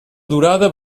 durada